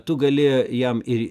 tu gali jam ir